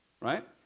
Right